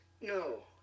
No